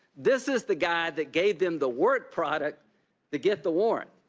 this is the guy that gave them the work product to get the warrant.